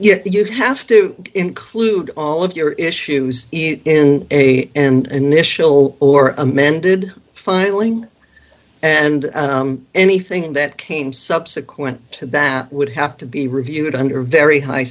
them you have to include all of your issues in a and initial or amended filing and anything that came subsequent to that would have to be reviewed under very high